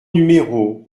numéros